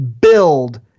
build –